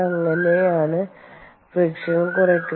അങ്ങനെയാണ് ഫ്രിക്ഷൻ കുറയുന്നത്